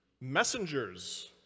Messengers